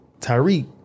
Tyreek